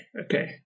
Okay